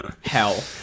hell